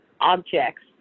objects